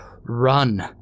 run